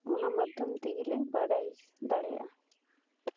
ᱚᱱᱟ ᱢᱟᱫᱽᱫᱷᱚᱢ ᱛᱮᱜᱮ ᱞᱮ ᱵᱟᱲᱟᱭ ᱫᱟᱲᱮᱭᱟᱜᱼᱟ